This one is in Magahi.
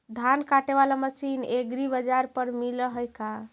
धान काटे बाला मशीन एग्रीबाजार पर मिल है का?